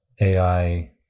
AI